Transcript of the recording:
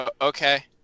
Okay